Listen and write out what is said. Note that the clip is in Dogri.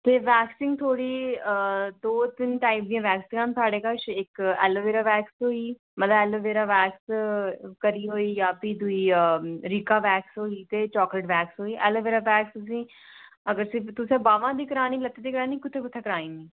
ते वैक्सिंग थोह्ड़ी दो तिन टाइप दियां वैक्सिंगां न साढ़े कश एक्क एलेवेरा वैक्स होई गेई मतलब एलोवेरा वैक्स करी होई गेआ फ्ही दुई रीका वैक्स होई गेई ते चाकलेट वैक्स होई गेई एलोवेरा वैक्स तुसेंगी अगर तुसें बामां दी करानी लत्तें दी करानी कुत्थै कुत्थै करानी